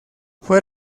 fue